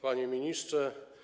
Panie Ministrze!